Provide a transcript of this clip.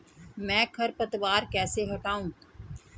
मैं खरपतवार कैसे हटाऊं?